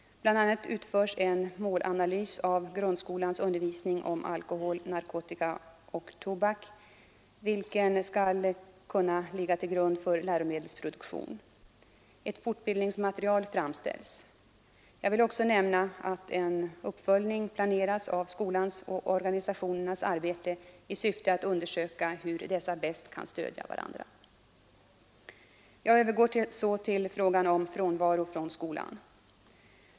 BI. a. utförs en målanalys av grundskolans undervisning om alkohol, narkotika och tobak, vilken skall kunna ligga till grund för läromedelsproduktion. Ett fortbildningsmaterial framställs. Jag vill också nämna att en uppföljning planeras av skolans och organisationernas arbete i syfte att undersöka hur dessa bäst kan stödja varandra. Jag övergår så till frågan om frånvaron från skolan.